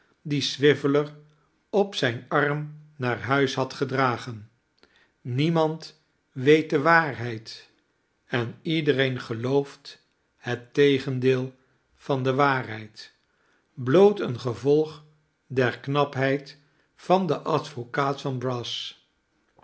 dien swiveller op zijn arm naar huis had gedragen niemand weet de waarheid en iedereen gelooft het tegendeel van de waarheid bloot een gevolg der knapheid van den advocaat van brass